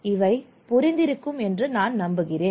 இவை புரிந்திருக்கும் என்று நான் நம்புகிறேன்